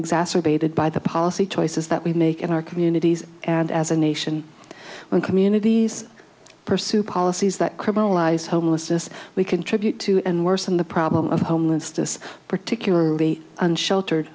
exacerbated by the policy choices that we make in our communities and as a nation when communities pursue policies that criminalize homelessness we contribute to and worsen the problem of homelessness particularly unsheltered